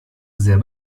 sehr